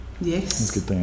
yes